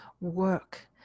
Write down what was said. work